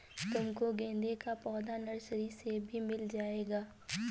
तुमको गेंदे का पौधा नर्सरी से भी मिल जाएगा